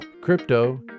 Crypto